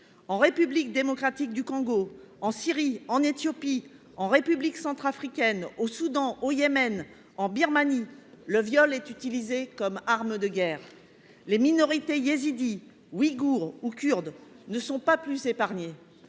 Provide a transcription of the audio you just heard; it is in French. en République démocratique du Congo, en Syrie, en Éthiopie, en République centrafricaine, au Soudan, au Yémen, en Birmanie, le viol est utilisé comme arme de guerre. Les minorités yézidie, ouïghoure ou kurde ne sont pas plus épargnées.